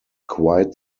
quite